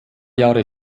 jahre